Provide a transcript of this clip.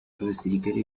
abasirikare